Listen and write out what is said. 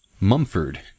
Mumford